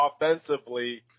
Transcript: offensively